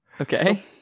okay